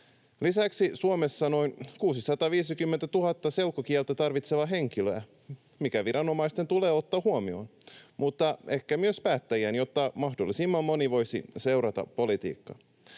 Lisäksi Suomessa on noin 650 000 selkokieltä tarvitsevaa henkilöä, mikä viranomaisten tulee ottaa huomioon — mutta ehkä myös päättäjien, jotta mahdollisimman moni voisi seurata politiikkaa.